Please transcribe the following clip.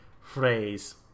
phrase